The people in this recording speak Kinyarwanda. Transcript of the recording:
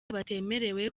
batemerewe